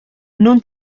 non